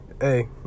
hey